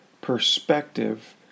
perspective